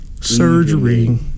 surgery